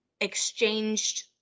exchanged